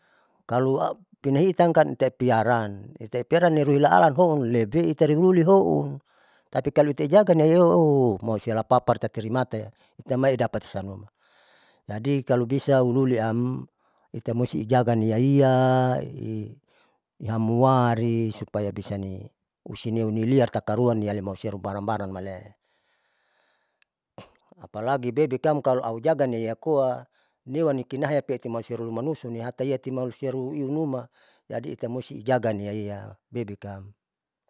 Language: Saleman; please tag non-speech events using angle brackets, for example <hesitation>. Kalo aupinahi'ittam itaepiaran itaepiara iruilalan houn lebe itarimulu rihoun tati kalo itaejaga iaia lohuooo malusia lapari mataya itamaidapat sanuama, jadi kalobisa aulutu leam itamusti ijaga iaia <hesitation> hamuari supaya bisani usiniuniu liar takaruan nialimalusia rubaran baran apalagi bebiktam kalo aujaga niiakoa niewanikinaha peeti husunahataiti malusia roimalusu malusiaruininuma adimitamusti ijagani iaia bebekam.